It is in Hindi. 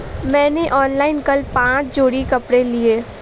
मैंने ऑनलाइन कल पांच जोड़ी कपड़े लिए